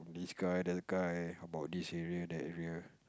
this guy that other guy about this area that area